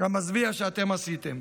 המזוויע שאתם עשיתם.